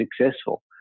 successful